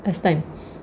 last time